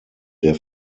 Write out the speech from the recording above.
der